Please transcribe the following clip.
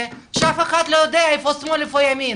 שאף אחד לא יודע איפה שמאל ואיפה ימין.